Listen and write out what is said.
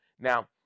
Now